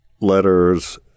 letters